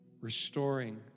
Restoring